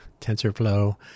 TensorFlow